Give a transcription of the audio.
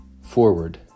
forward